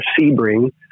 Sebring